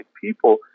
people